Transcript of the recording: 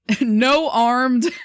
no-armed